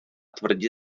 tvrdě